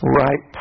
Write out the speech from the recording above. right